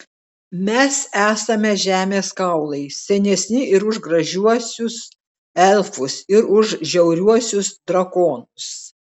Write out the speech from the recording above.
mes esame žemės kaulai senesni ir už gražiuosius elfus ir už žiauriuosius drakonus